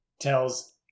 tells